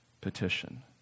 Petition